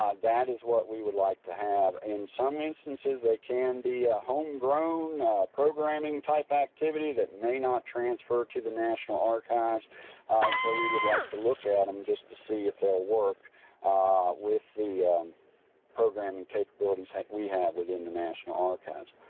that is what we would like to have. in some instances they can be a homegrown programming type activity that may not transfer to the national archives so we would like to look at them um just to see if they'll work with the programming capabilities that we have within the national archives.